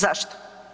Zašto.